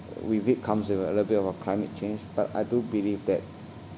with it comes with a a little bit of uh climate change but I do believe that